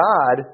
God